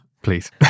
please